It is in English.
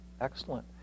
excellent